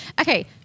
Okay